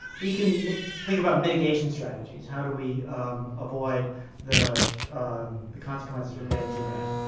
we can think about mitigation strategies. how do we avoid the the consequences from getting too bad?